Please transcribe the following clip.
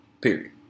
Period